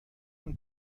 اون